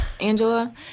Angela